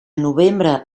novembre